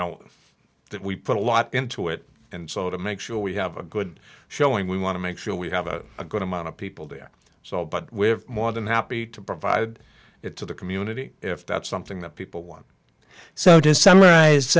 know that we put a lot into it and so to make sure we have a good showing we want to make sure we have a good amount of people there so but we're more than happy to provide it to the community if that's something that people want so to